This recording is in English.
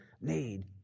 need